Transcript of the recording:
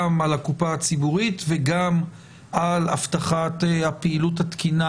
גם על הקופה הציבורית וגם על הבטחת הפעילות התקינה